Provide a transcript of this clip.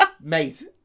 Mate